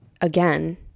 again